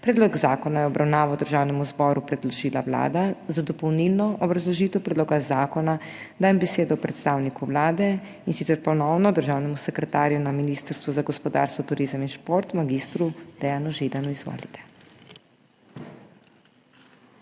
Predlog zakona je v obravnavo Državnemu zboru predložila Vlada. Za dopolnilno obrazložitev predloga zakona dajem besedo predstavniku Vlade, in sicer ponovno državnemu sekretarju na Ministrstvu za gospodarstvo, turizem in šport mag. Dejanu Židanu. Izvolite.